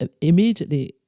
immediately